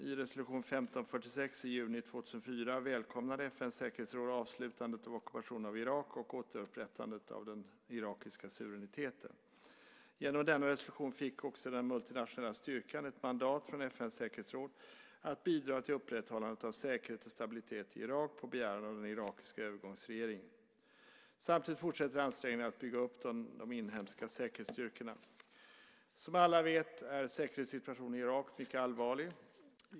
I resolution 1546 i juni 2004 välkomnade FN:s säkerhetsråd avslutandet av ockupationen av Irak och återupprättandet av den irakiska suveräniteten. Genom denna resolution fick också den multinationella styrkan ett mandat från FN:s säkerhetsråd att bidra till upprätthållandet av säkerhet och stabilitet i Irak, på begäran av den irakiska övergångsregeringen. Samtidigt fortsätter ansträngningarna att bygga upp de inhemska säkerhetsstyrkorna. Som alla vet är säkerhetssituationen i Irak mycket allvarlig.